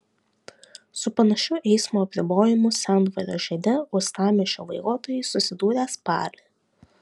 su panašiu eismo apribojimu sendvario žiede uostamiesčio vairuotojai susidūrė spalį